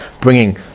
bringing